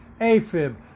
AFib